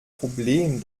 problem